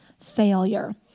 failure